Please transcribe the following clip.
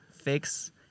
fix